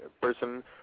person